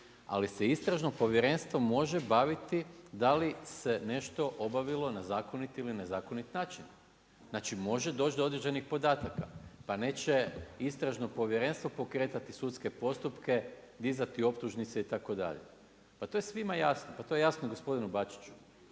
ali se istražno povjerenstvo može baviti da li se ne što obavilo na zakonit ili nezakonit način. Znači, može doći do određenih podataka, pa neće istražno povjerenstvo pokretati sudske postupke, dizati optužnice itd. Pa to je svima jasno, pa to je jasno gospodinu Bačiću,